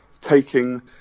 taking